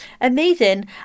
Amazing